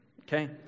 okay